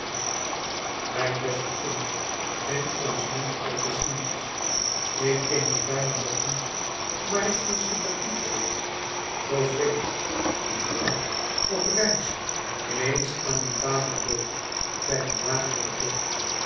mijne beste kind vind ons niet al te cynisch ik ken je bijna nog niet maar ik voel sympathie voor je zoo vreemd niet waar zoo op reis in eens aan een table dhôte bij een magere kip